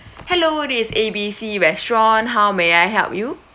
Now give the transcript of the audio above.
hello this is A B C restaurant how may I help you